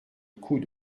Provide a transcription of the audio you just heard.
coût